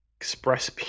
Express